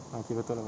ah okay betul